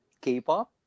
k-pop